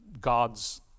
God's